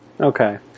Okay